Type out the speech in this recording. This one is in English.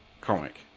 comic